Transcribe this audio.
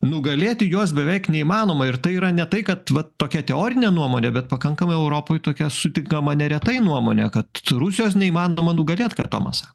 nugalėti juos beveik neįmanoma ir tai yra ne tai kad vat tokia teorinė nuomonė bet pakankamai europoj tokia sutinkama neretai nuomonė kad rusijos neįmanoma nugalėt ką ir tomas sa